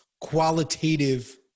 qualitative